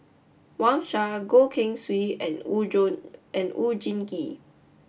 Wang Sha Goh Keng Swee and Oon Jin and Oon Jin Gee